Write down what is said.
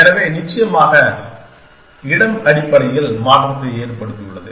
எனவே நிச்சயமாக இடம் அடிப்படையில் மாற்றத்தை ஏற்படுத்தியுள்ளது